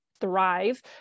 thrive